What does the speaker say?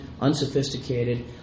unsophisticated